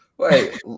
Wait